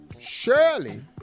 shirley